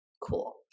Cool